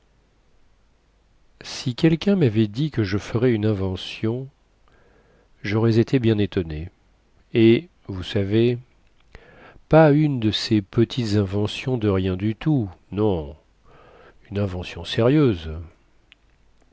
si quelquun mavait dit que je ferais une invention jaurais été bien étonné et vous savez pas une de ces petites inventions de rien du tout non une invention sérieuse